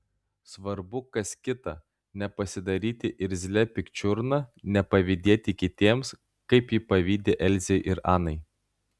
svarbu kas kita nepasidaryti irzlia pikčiurna nepavydėti kitiems kaip ji pavydi elzei ir anai